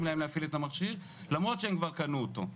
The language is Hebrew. להם להפעיל את המכשיר למרות שהם כבר קנו אותו,